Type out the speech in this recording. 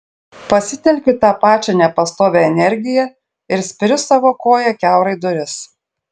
pasitelkiu tą pačią nepastovią energiją ir spiriu savo koja kiaurai duris